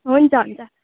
हुन्छ हुन्छ